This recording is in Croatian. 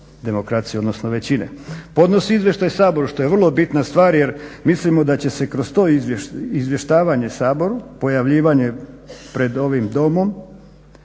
demokracije, odnosno većine. Podnosi izvještaj Saboru što je vrlo bitna stvar jer mislimo da će se kroz to izvještavanje Saboru, pojavljivanje pred ovim Domom,